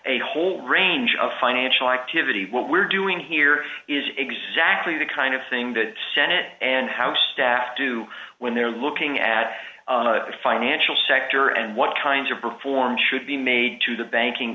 a whole range of financial activity what we're doing here is exactly the kind of thing that senate and house staff do when they're looking at the financial sector and what kinds of reforms should be made to the banking